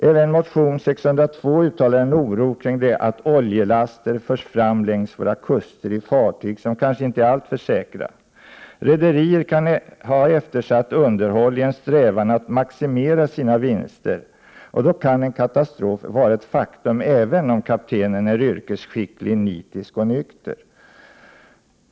Även motion T602 uttalar en oro kring detta att oljelaster förs fram längs våra kuster i fartyg som kanske inte är alltför säkra. Rederiet kan ha eftersatt underhållet i en strävan att maximera sina vinster, och då kan katastrofen vara ett faktum även om kaptenen är yrkesskicklig, nitisk och nykter.